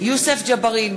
יוסף ג'בארין,